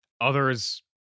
others